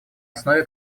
основе